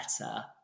better